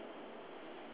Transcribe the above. ya